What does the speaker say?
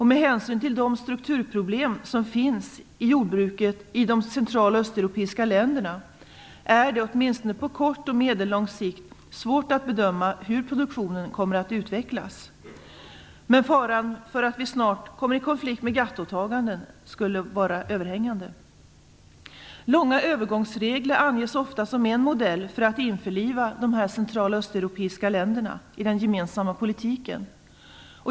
Med hänsyn till de strukturproblem som finns i jordbruket i de centraloch östeuropeiska länderna är det, åtminstone på kort och medellång sikt, svårt att bedöma hur produktionen kommer att utvecklas. Men faran för att vi snart kommer i konflikt med GATT-åtaganden skulle vara överhängande. Långa övergångsregler anges ofta som en modell för att införliva de central och östeuropeiska länderna i den gemensamma politiken.